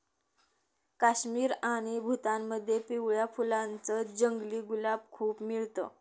काश्मीर आणि भूतानमध्ये पिवळ्या फुलांच जंगली गुलाब खूप मिळत